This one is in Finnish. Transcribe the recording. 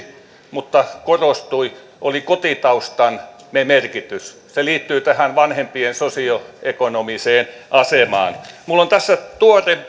mutta korostunut oli kotitaustan merkitys se liittyy tähän vanhempien sosioekonomiseen asemaan minulla on tässä tuore